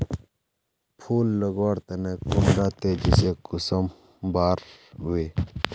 फुल लगवार तने कुंडा तेजी से कुंसम बार वे?